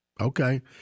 Okay